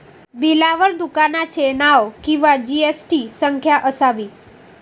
बिलावर दुकानाचे नाव किंवा जी.एस.टी संख्या असावी